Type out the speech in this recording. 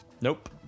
Nope